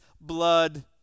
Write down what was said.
blood